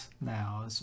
now